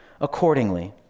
Accordingly